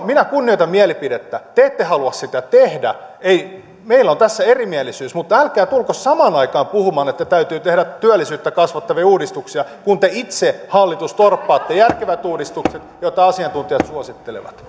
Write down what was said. minä kunnioitan mielipidettä te ette halua sitä tehdä meillä on tässä erimielisyys mutta älkää tulko samaan aikaan puhumaan että täytyy tehdä työllisyyttä kasvattavia uudistuksia kun te itse hallitus torppaatte järkevät uudistukset joita asiantuntijat suosittelevat